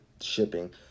shipping